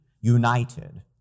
united